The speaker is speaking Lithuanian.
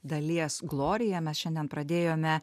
dalies glorija mes šiandien pradėjome